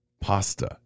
Pasta